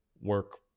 work